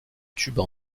tubes